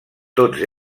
tots